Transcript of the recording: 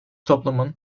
toplumun